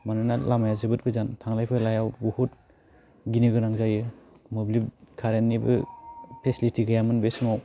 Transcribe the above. मानोना लामाया जोबोद गोजान थांलाय फैलायाव बुहुत गिनो गोनां जायो मोब्लिब खारेननिबो पेसिलिटि गैयामोन बे समाव